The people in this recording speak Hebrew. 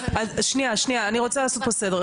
רגע שניה, אני רוצה לעשות פה סדר.